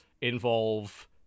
involve